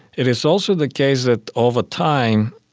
it is also the case that over time,